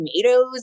tomatoes